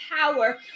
power